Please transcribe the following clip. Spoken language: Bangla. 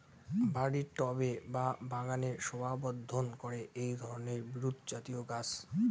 বাড়ির টবে বা বাগানের শোভাবর্ধন করে এই ধরণের বিরুৎজাতীয় গাছ